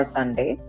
Sunday